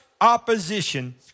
opposition